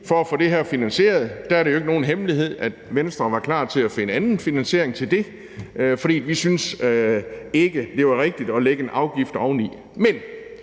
for at få det her finansieret. Der er det jo ikke nogen hemmelighed, at Venstre var klar til at finde anden finansiering til det, for vi syntes ikke, det ville være rigtigt at lægge en afgift oveni.